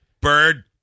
bird